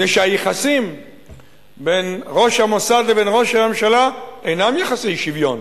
מפני שהיחסים בין ראש המוסד לבין ראש הממשלה אינם יחסי שוויון,